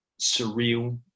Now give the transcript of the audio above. surreal